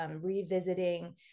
revisiting